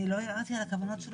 אני לא ערערתי על הכוונות שלו.